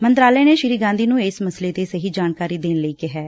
ਮੰਤਰਾਲੇ ਨੇ ਸ੍ਰੀ ਗਾਂਧੀ ਨੂੰ ਇਸ ਮਸਲੇ ਤੇ ਸਹੀ ਜਾਣਕਾਰੀ ਦੇਣ ਲਈ ਕਿਹੈ